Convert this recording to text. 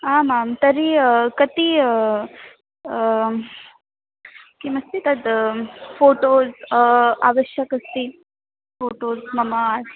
आमामं तर्हि कति किमस्ति तद् फ़ोटोस् आवश्यकम् अस्ति फ़ोटोस् नाम